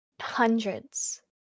hundreds